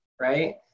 right